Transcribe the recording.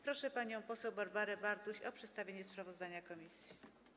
Proszę panią poseł Barbarę Bartuś o przedstawienie sprawozdania komisji.